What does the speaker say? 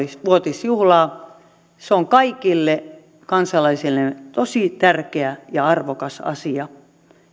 vuotisjuhlaa se on kaikille kansalaisille tosi tärkeä ja arvokas asia